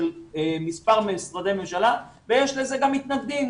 של מספר משרדי ממשלה ויש לזה גם מתנגדים.